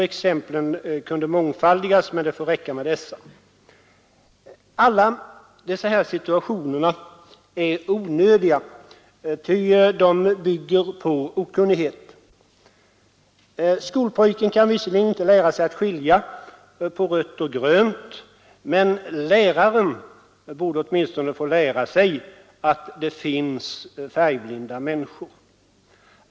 Exemplen kan mångfaldigas, men det får räcka med dessa. Alla dessa situationer är onödiga, ty de bygger på okunnighet. Skolpojken kan visserligen inte lära sig att skilja på rött och grönt, men läraren borde åtminstone få lära sig att det finns färgblinda människor.